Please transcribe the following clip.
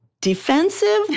defensive